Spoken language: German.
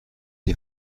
die